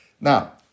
Now